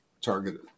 targeted